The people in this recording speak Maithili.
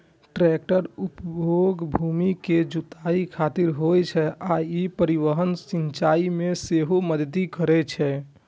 टैक्टरक उपयोग भूमि के जुताइ खातिर होइ छै आ ई परिवहन, सिंचाइ मे सेहो मदति करै छै